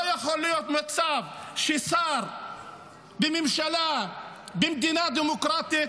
לא יכול להיות מצב ששר בממשלה במדינה דמוקרטית